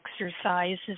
exercises